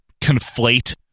conflate